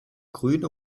grüne